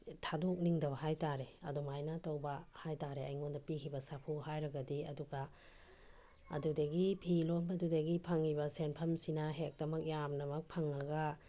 ꯊꯥꯗꯣꯛꯅꯤꯡꯗꯕ ꯍꯥꯏꯇꯥꯔꯦ ꯑꯗꯨꯝꯃꯥꯏꯅ ꯇꯧꯕ ꯍꯥꯏꯇꯥꯔꯦ ꯑꯩꯉꯣꯟꯗ ꯄꯤꯈꯤꯕ ꯁꯥꯐꯨ ꯍꯥꯏꯔꯒꯗꯤ ꯑꯗꯨꯒ ꯑꯗꯨꯗꯒꯤ ꯐꯤ ꯂꯣꯟꯕꯗꯨꯗꯒꯤ ꯐꯪꯏꯕ ꯁꯦꯟꯐꯝꯁꯤꯅ ꯍꯦꯛꯇꯃꯛ ꯌꯥꯝꯅꯃꯛ ꯐꯪꯉꯒ